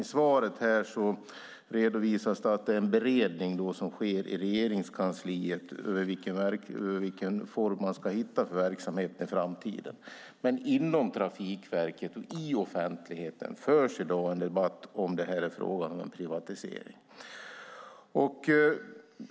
I svaret redovisas att det sker en beredning i Regeringskansliet av vilken form verksamheten ska ha i framtiden, men inom Trafikverket och i offentligheten förs i dag en debatt om huruvida det är fråga om en privatisering.